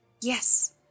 Yes